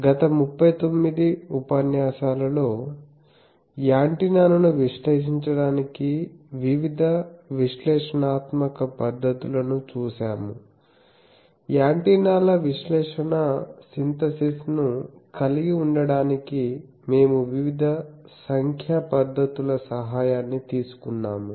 గత 39 ఉపన్యాసాలలో యాంటెన్నాను విశ్లేషించడానికి వివిధ విశ్లేషణాత్మక పద్ధతులను చూశాము యాంటెన్నాల విశ్లేషణ సింథసిస్ ను కలిగి ఉండటానికి మేము వివిధ సంఖ్యా పద్ధతుల సహాయాన్ని తీసుకున్నాము